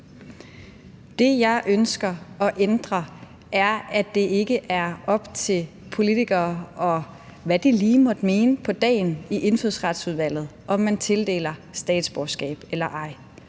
Det, jeg ønsker at ændre, er, at det ikke skal være op til politikere – og hvad de lige måtte mene på dagen i Indfødsretsudvalget om det – at tildele statsborgerskab eller ej.